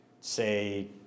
say